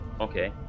Okay